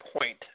point